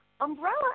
umbrella